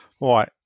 right